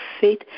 faith